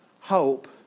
hope